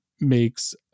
makes